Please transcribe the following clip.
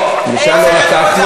לא, משם לא לקחנו.